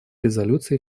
резолюции